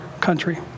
country